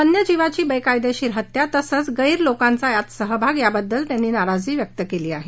वन्य जीवाची बेकायदेशीर हत्या तसंच यात गैर लोकांचा सहभाग याबद्दल त्यांनी नाराजी व्यक्त केली आहे